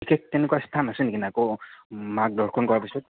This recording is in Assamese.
বিশেষ তেনেকুৱা স্থান আছে নেকি নে আকৌ মাক দৰ্শন কৰাৰ পিছত